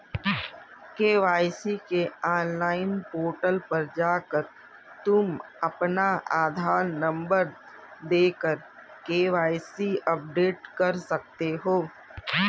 KYC के online portal पर जाकर तुम अपना आधार नंबर देकर के.वाय.सी अपडेट कर सकते हो